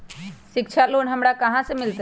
शिक्षा लोन हमरा कहाँ से मिलतै?